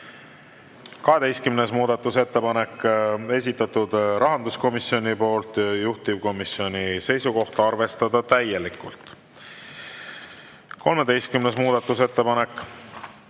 14. muudatusettepanek on esitatud rahanduskomisjoni poolt ja juhtivkomisjoni seisukoht on arvestada täielikult. Ning 15. muudatusettepanek,